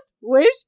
wish